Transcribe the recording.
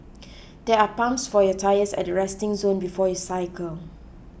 there are pumps for your tyres at the resting zone before you cycle